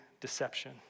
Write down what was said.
deception